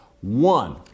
One